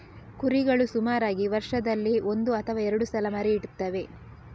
ಕುರಿಗಳು ಸುಮಾರಾಗಿ ವರ್ಷದಲ್ಲಿ ಒಂದು ಅಥವಾ ಎರಡು ಸಲ ಮರಿ ಇಡ್ತವೆ